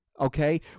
okay